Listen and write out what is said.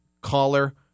caller